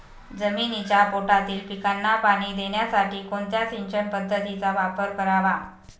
जमिनीच्या पोटातील पिकांना पाणी देण्यासाठी कोणत्या सिंचन पद्धतीचा वापर करावा?